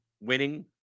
winning